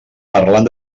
parlant